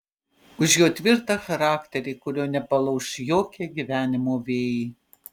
už jo tvirtą charakterį kurio nepalauš jokie gyvenimo vėjai